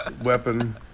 weapon